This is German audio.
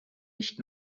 nicht